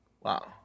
Wow